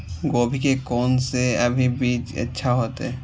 गोभी के कोन से अभी बीज अच्छा होते?